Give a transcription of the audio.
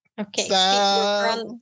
Okay